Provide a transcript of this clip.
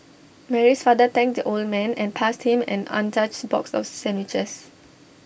Mary's father thanked the old man and passed him an untouched box of sandwiches